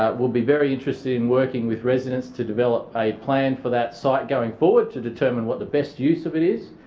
will be very interested in working with residents to develop a plan for that site going forward to determine what the best use of it is.